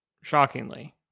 Shockingly